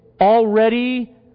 already